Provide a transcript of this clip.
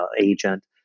agent